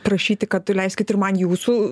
prašyti kad leiskit ir man jūsų